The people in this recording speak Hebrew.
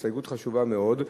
הסתייגות חשובה מאוד.